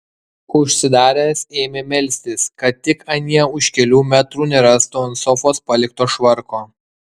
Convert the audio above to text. užsidaręs ėmė melstis kad tik anie už kelių metrų nerastų ant sofos palikto švarko